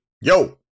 Yo